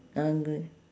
uh gr~